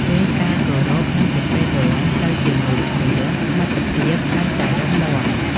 ពេលការគោរព និងសេចក្ដីស្រឡាញ់ទៅជាមួយគ្នា មិត្តភាពកាន់តែរឹងមាំ។